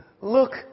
look